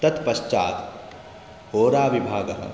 तत्पश्चात् होराविभागः